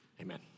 Amen